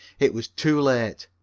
it was too late.